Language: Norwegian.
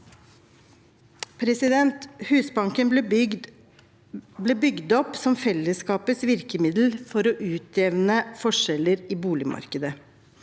bolig Husbanken ble bygd opp som fellesskapets virkemiddel for å utjevne forskjeller i boligmarkedet.